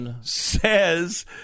says